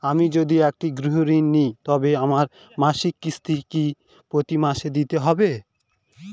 আমি যদি একটি গৃহঋণ নিই তবে আমার মাসিক কিস্তি কি প্রতি মাসে দিতে হবে?